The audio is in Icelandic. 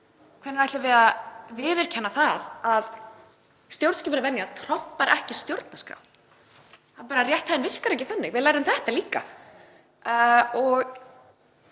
hvenær ætlum við að viðurkenna það að stjórnskipuleg venja trompar ekki stjórnarskrá? Það virkar ekki þannig. Við lærðum þetta líka.